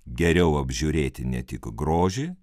geriau apžiūrėti ne tik grožį